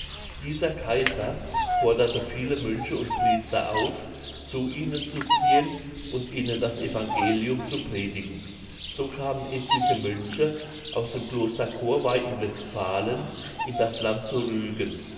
dieser kaiser forderte viele mönche und priester auf zu ihnen zu ziehen und ihnen das evangelium zu predigen so kamen etliche mönche aus dem kloster corvei in westphalen in das land zu rügen